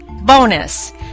Bonus